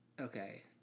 okay